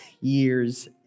years